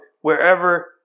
wherever